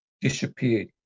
disappeared